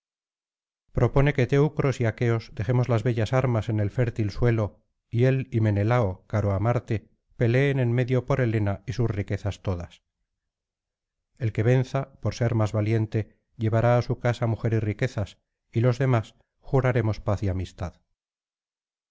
propone que teucros y aqueos dejemos las bellas armas en el fértil suelo y él y menelao caro á marte peleen en medio por helena y sus riquezas todas el que venza por ser más valiente llevará á su casa mujer y riquezas y los demás juraremos paz y amistad